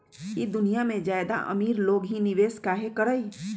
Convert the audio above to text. ई दुनिया में ज्यादा अमीर लोग ही निवेस काहे करई?